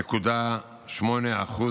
60.8%